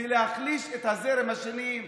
ולהחליש את הזרם השני.